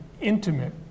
intimate